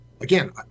again